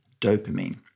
dopamine